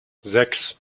sechs